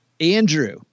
Andrew